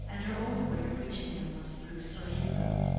and her only way of reaching him was through sir hugo.